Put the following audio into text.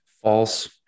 False